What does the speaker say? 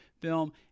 film